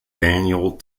daniel